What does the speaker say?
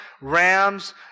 rams